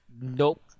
nope